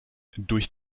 durch